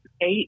eight